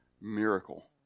miracle